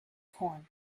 corn